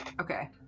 okay